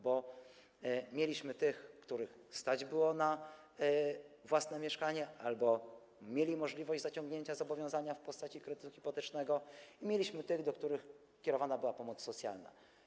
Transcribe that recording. Bo byli ci, których stać było na własne mieszkanie albo mieli możliwość zaciągnięcia zobowiązania w postaci kredytu hipotecznego, i byli ci, do których kierowana była pomoc socjalna.